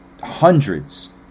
hundreds